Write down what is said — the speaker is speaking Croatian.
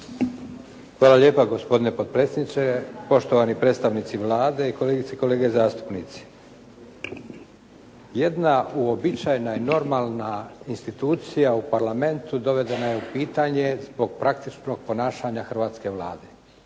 Hvala lijepa gospodine potpredsjedniče, poštovan predstavnici Vlade, kolegice i kolege zastupnici. Jedna uobičajena i normalna institucija u Parlamentu dovedena je u pitanje zbog praktičnog ponašanja hrvatske Vlade.